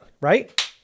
right